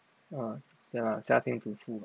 uh ya lah 家庭主妇